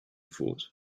thought